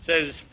says